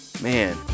man